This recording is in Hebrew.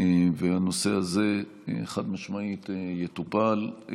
הנושא הזה חד-משמעית יטופל,